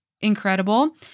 incredible